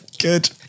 Good